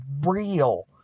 real